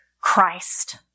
Christ